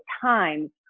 times